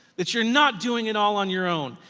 that you're not doing it all on your own.